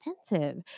expensive